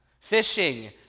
Fishing